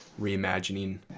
reimagining